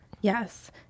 Yes